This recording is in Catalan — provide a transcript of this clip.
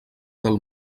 del